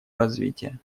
развития